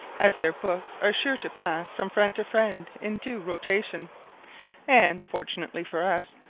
as their books are sure to pass from friend to friend in due rotation and, fortunately for us,